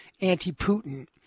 anti-Putin